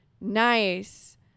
nice